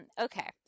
okay